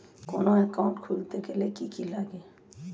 কোন একাউন্ট খুলতে গেলে কি কি লাগে?